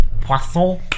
Poisson